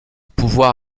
pouvoir